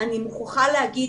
אני מוכרחה להגיד,